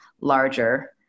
larger